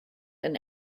and